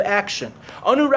action